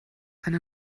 eine